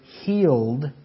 healed